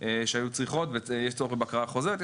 שהיו נדרשות ויש צורך בבקרה חוזרת,